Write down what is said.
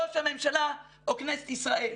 ראש הממשלה או כנסת ישראל.